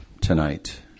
tonight